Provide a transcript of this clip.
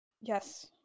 Yes